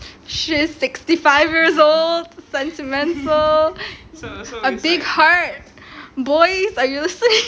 she's sixty five years old sentimental a big heart boys are you listening